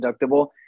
deductible